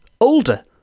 older